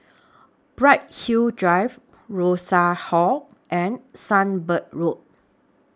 Bright Hill Drive Rosas Hall and Sunbird Road